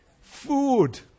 Food